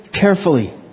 carefully